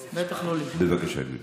בבקשה, גברתי.